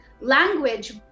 language